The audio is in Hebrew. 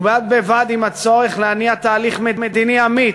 ובד בבד עם הצורך להניע תהליך מדיני אמיץ,